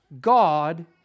God